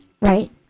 right